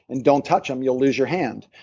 and don't touch them, you'll lose your hand.